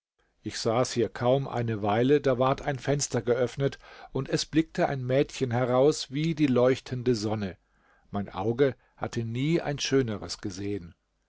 ich saß hier kaum eine weile da ward ein fenster geöffnet und es blickte ein mädchen heraus wie die leuchtende sonne mein auge hatte nie ein schöneres gesehen